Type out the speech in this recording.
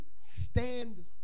stand